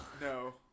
No